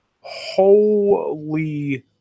Holy